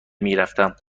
میرفتم